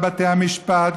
בתי המשפט,